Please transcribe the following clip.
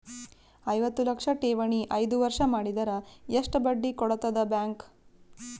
ಐವತ್ತು ಲಕ್ಷ ಠೇವಣಿ ಐದು ವರ್ಷ ಮಾಡಿದರ ಎಷ್ಟ ಬಡ್ಡಿ ಕೊಡತದ ಬ್ಯಾಂಕ್?